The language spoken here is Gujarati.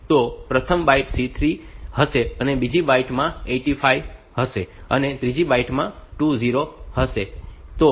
તો પ્રથમ બાઈટ C3 હશે અને બીજા બાઈટ માં 85 હશે અને ત્રીજા બાઈટ માં 20 હશે